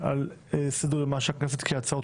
ורות וסרמן לנדה רובם אנשי אופוזיציה.